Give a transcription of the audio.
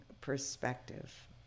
perspective